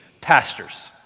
pastor's